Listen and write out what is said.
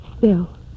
Bill